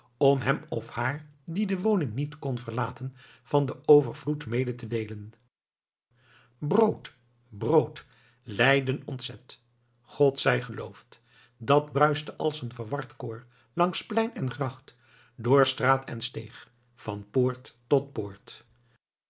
om hem of haar die de woning niet kon verlaten van den overvloed mede te deelen brood brood leiden ontzet god zij geloofd dat bruiste als een verward koor langs plein en gracht door straat en steeg van poort tot poort